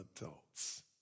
adults